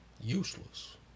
Useless